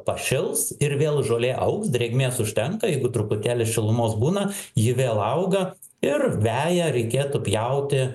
pašils ir vėl žolė augs drėgmės užtenka jeigu truputėlį šilumos būna ji vėl auga ir veją reikėtų pjauti